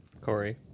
Corey